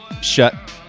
shut